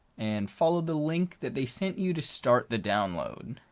and follow the link that they sent you to start the download.